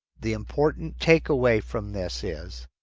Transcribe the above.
the important take-away from this is.